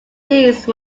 these